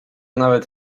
nawet